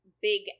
big